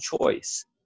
choice